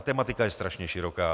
Tematika je strašně široká.